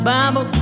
Bible